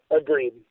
Agreed